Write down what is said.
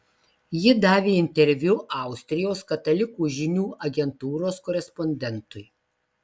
ji davė interviu austrijos katalikų žinių agentūros korespondentui